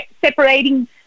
separating